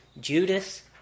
Judas